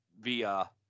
via